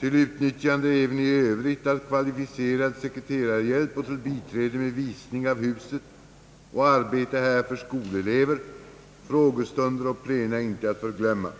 till utnyttjande även i övrigt av kvalificerad sekreterarhjälp och till biträde med visning av huset och arbetet här för skolelever; frågestunder och plena icke att förglömma.